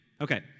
Okay